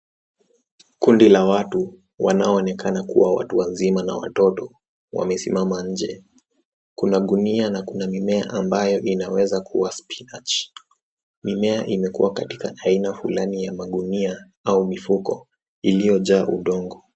Kundi la watu wanaonekana kuwa watu wazima na watoto wamesimama nje. Kuna gunia na kuna mimea ambayo inaweza kuwa cs[spinach]cs. Mimea imekuwa katika aina fulani ya magunia au mifuko iliyojaa udongo.